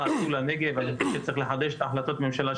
אני מתכלל באשכול הנגב המזרחי את כל המגזר הבדואי.